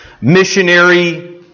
missionary